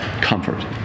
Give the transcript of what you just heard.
comfort